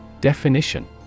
Definition